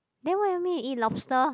then what you me eat lobster